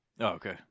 Okay